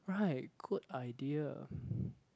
right good idea